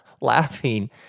laughing